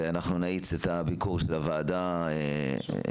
ואנחנו נאיץ את הביקור של הוועדה לשם.